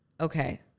okay